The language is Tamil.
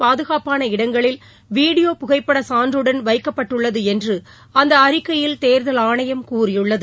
பாதுகாப்பான இடங்களில் வீடியோ புகைப்பட சான்றுடன் வைக்கப்பட்டுள்ளது என்று அந்த அறிக்கையில் தேர்தல் ஆணையும் கூறியுள்ளது